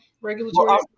regulatory